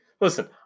listen